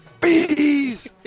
Bees